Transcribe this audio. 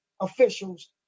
officials